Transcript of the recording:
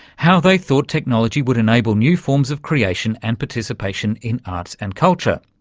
how they thought technology would enable new forms of creation and participation in arts and culture.